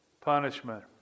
Punishment